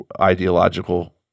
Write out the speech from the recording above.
ideological